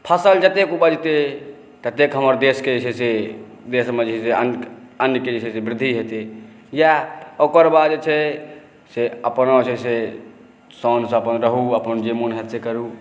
फसल जतेक उपजतै ततेक हमर देसके छै से देसमे जे छै से अन्नके जे छै वृद्धि हेतै इएह ओकर बाद जे छै से अपना जे छै शानसँ अपन रहू जे मोन हैत से करू